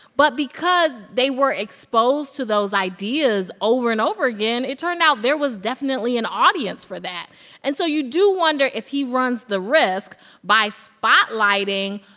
but because they were exposed to those ideas over and over again, it turned out there was definitely an audience for that and so you do wonder if he runs the risk by spotlighting,